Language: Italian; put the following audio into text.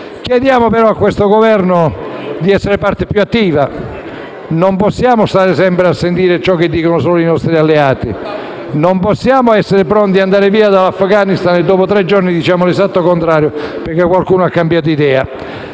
Chiediamo al Governo di essere parte più attiva, in quanto non possiamo più stare sempre a sentire ciò che dicono i nostri alleati. Non possiamo più dichiararci pronti ad andare via dall'Afghanistan e, dopo tre giorni, dire l'esatto contrario perché qualcuno ha cambiato idea.